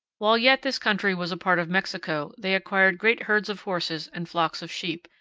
while yet this country was a part of mexico they acquired great herds of horses and flocks of sheep,